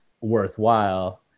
worthwhile